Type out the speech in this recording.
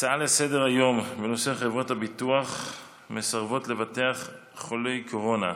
הצעות לסדר-היום בנושא: חברות הביטוח מסרבות לבטח חולי קורונה,